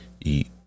Eat